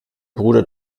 bruder